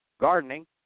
gardening